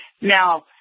now